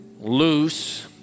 loose